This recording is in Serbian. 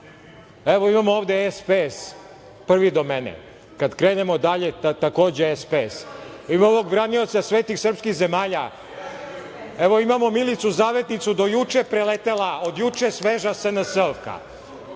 Imamo ovde SPS, prvi do mene. Kad krenemo dalje, takođe SPS. Imamo branioca svetih srpskih zemalja. Imamo Milicu Zavetnicu, juče preletela, od juče sveža SNS-ovka.